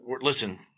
listen